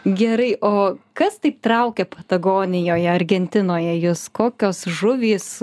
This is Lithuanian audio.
gerai o kas taip traukia patagonijoje argentinoje jus kokios žuvys